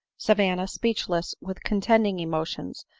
savanna, speechless with contending emotions,